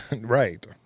Right